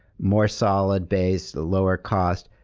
more solid base, lower cost.